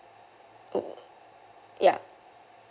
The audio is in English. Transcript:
oh ya